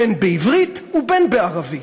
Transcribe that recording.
בין בעברית ובין בערבית.